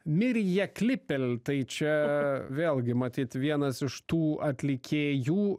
mirja klipel tai čia vėlgi matyt vienas iš tų atlikėjų